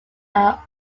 are